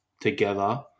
together